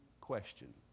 question